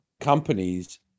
companies